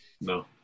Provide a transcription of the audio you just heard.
No